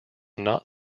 not